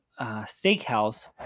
steakhouse